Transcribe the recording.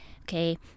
okay